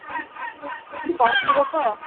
ꯄꯥꯎ ꯄꯤꯔꯣꯀꯣ